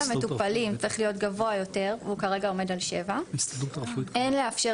המטופלים צריך להיות גבוה יותר הוא כרגע עומד על שבע; אין לאפשר